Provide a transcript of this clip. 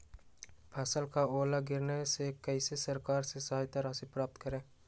फसल का ओला गिरने से कैसे सरकार से सहायता राशि प्राप्त करें?